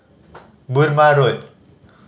Burmah Road